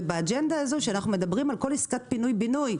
ובאג'נדה הזו שאנחנו מדברים על כל עסקת פינוי-בינוי,